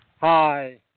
Hi